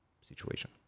situation